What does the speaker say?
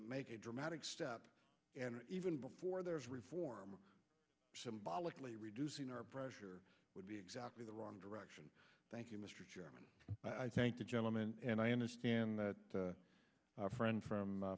make a dramatic step even before there is reform symbolically reducing our pressure would be exactly the wrong direction thank you mr chairman i thank the gentleman and i understand that our friend from